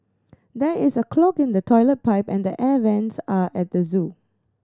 there is a clog in the toilet pipe and the air vents are at the zoo